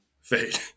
Fade